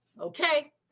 Okay